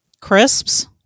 crisps